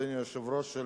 אדוני היושב-ראש,